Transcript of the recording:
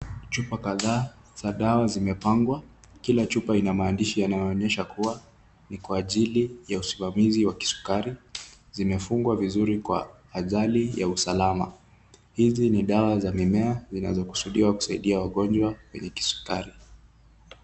Chupa kadha za dawa zimepangwa, kila chupa ina maandishi inayoonyesha kuwa ni kwa ajili ya usimamizi wa kisukari, zimefungwa vizuri kwa ajali ya usalama. Hizi ni dawa za mimea zinakusudiwa kusaidia wagonjwa wenye kisukari.